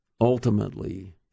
ultimately